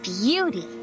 beauty